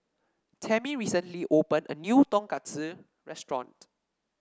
Tammi recently opened a new Tonkatsu restaurant